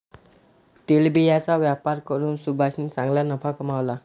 तेलबियांचा व्यापार करून सुभाषने चांगला नफा कमावला